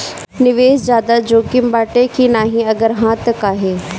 निवेस ज्यादा जोकिम बाटे कि नाहीं अगर हा तह काहे?